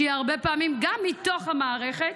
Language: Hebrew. שהיא הרבה פעמים גם מתוך המערכת?